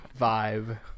vibe